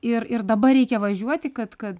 ir ir dabar reikia važiuoti kad kad